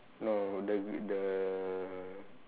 no the the